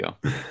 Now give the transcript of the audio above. go